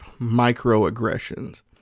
Microaggressions